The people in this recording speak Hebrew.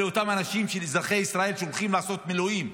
אלה אזרחי ישראל שהולכים לעשות מילואים.